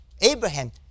Abraham